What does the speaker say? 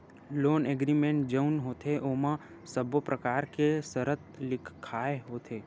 loan agreement जउन होथे ओमा सब्बो परकार के सरत लिखाय होथे